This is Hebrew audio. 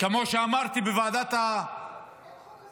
כמו שאמרתי בוועדת הכספים,